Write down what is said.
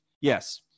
Yes